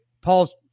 paul's